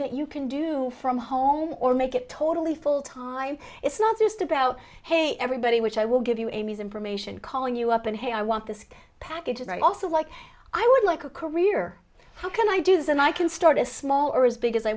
that you can do from home or make it totally full time it's not just about hey everybody which i will give you a muse information calling you up and hey i want this package and i also like i would like a career how can i do this and i can start a small or as big as i